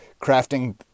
crafting